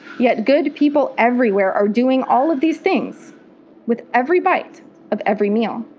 yet good people everywhere are doing all of these things with every bite of every meal.